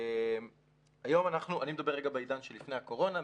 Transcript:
אני מדבר רגע בעידן שלפני הקורונה,